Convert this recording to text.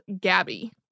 Gabby